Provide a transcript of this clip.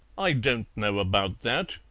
i don't know about that,